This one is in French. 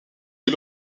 des